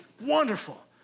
wonderful